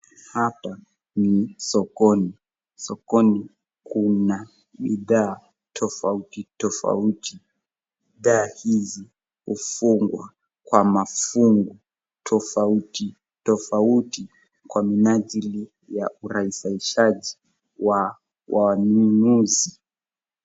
Hapa ni sokoni. Sokoni kuna bidhaa tofauti tofauti. Bidhaa hizi hufungwa kwa mafungu tofauti tofauti kwa minajili ya urahisishaji wa wanunuzi.